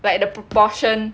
but the proportion